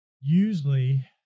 usually